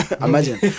Imagine